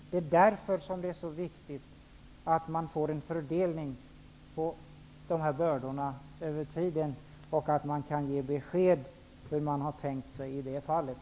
Det är därför som en fördelning av bördorna över tiden är så viktig, och att man kan ge besked om hur man i det här fallet har tänkt sig denna.